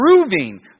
proving